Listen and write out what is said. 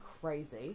crazy